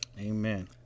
Amen